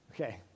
okay